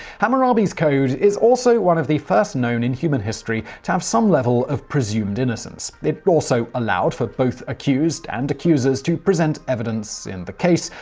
hammurabi's code is also one of the first known in human history to have some level of presumed innocence. it also allowed for both accused and accusers to present evidence in the case,